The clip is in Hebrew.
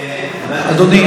אדוני,